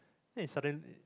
then he sudden